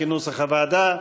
כנוסח הוועדה.